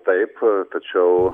taip tačiau